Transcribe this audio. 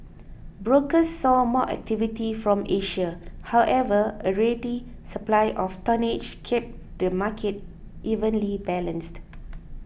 brokers saw more activity from Asia however a ready supply of tonnage kept the market evenly balanced